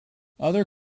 other